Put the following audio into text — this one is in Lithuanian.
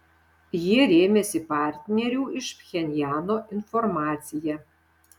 jie rėmėsi partnerių iš pchenjano informacija